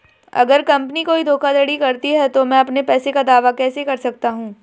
अगर कंपनी कोई धोखाधड़ी करती है तो मैं अपने पैसे का दावा कैसे कर सकता हूं?